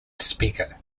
speaker